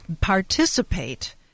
participate